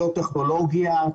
ביו-טכנולוגיה,